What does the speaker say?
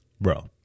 bro